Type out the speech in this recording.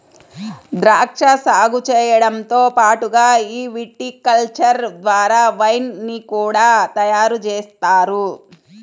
ద్రాక్షా సాగు చేయడంతో పాటుగా ఈ విటికల్చర్ ద్వారా వైన్ ని కూడా తయారుజేస్తారు